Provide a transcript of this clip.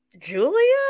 julia